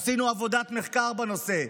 עשינו עבודת מחקר בנושא,